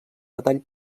detall